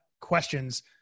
questions